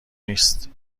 نیست